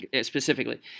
specifically